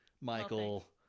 michael